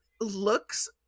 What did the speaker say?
looks